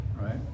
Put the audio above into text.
right